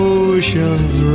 ocean's